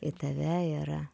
į tave ir